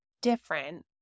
different